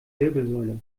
wirbelsäule